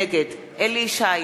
נגד אליהו ישי,